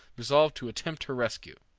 resolved to attempt her rescue.